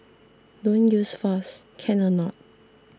don't use force can or not